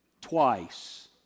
twice